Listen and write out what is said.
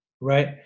right